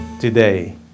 today